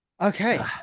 Okay